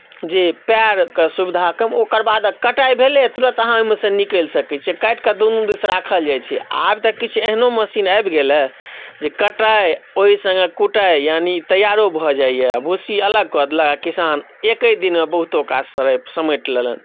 जे पएरके सुविधाके ओकर बाद कटाइ भेलै आ तुरन्त अहाँ ओहिमेसँ अहाँ निकलि सकैत छी काटिके दुनू दिस राखल जाइत छै आब तऽ किछु एहनो मशीन आबि गेलए जे कटाइ ओहि सङ्गे कुटाइ यानि तैआरो भऽ जाइए आ भूसी अलग कऽ देलक आ किसान एक्कहि दिनमे बहुतो काज समैट लेलक